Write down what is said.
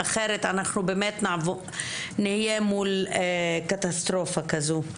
אחרת אנחנו באמת נהיה מול קטסטרופה כזו,